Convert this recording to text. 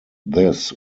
this